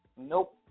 Nope